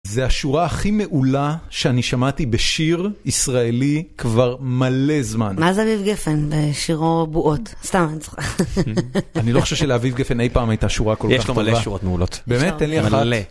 זה השורה הכי מעולה שאני שמעתי בשיר ישראלי כבר מלא זמן. מה זה אביב גפן בשירו בועות? סתם, אני צוחקת. אני לא חושב שלאביב גפן אי פעם הייתה שורה כל כך טובה. יש לו מלא שורות מעולות. באמת, אין לי איך לעלות.